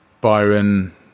Byron